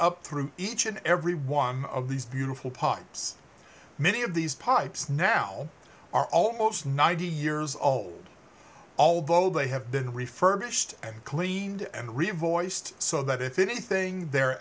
up through each and every one of these beautiful pots many of these pipes now are almost ninety years old although they have been refurbished and cleaned and reinforced so that if anything they're